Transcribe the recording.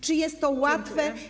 Czy jest to łatwe?